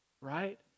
right